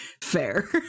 fair